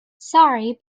sorry